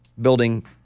building